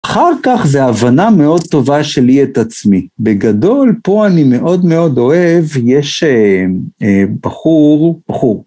אחר כך זה הבנה מאוד טובה שלי את עצמי. בגדול, פה אני מאוד מאוד אוהב, יש בחור, בחור.